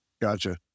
Gotcha